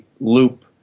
loop